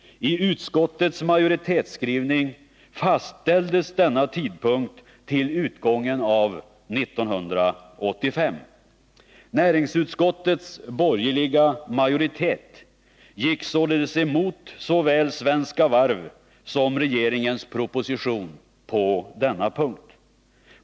I utskottets majoritetsskrivning fastställdes denna tidpunkt till utgången av 1985. Näringsutskottets borgerliga majoritet gick således emot såväl Svenska Varv som regeringens proposition på denna punkt.